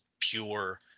pure